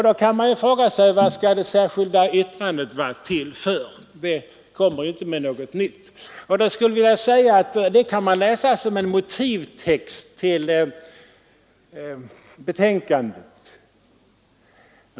Då kan man fråga sig: Vad skall det särskilda yttrandet vara till för, när det inte kommer med något nytt? Jag skulle vilja säga att man kan läsa det som en motivtext till betänkandet.